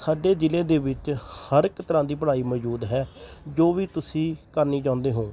ਸਾਡੇ ਜ਼ਿਲ੍ਹੇ ਦੇ ਵਿੱਚ ਹਰ ਇੱਕ ਤਰ੍ਹਾਂ ਦੀ ਪੜ੍ਹਾਈ ਮੌਜੂਦ ਹੈ ਜੋ ਵੀ ਤੁਸੀਂ ਕਰਨੀ ਚਾਹੁੰਦੇ ਹੋ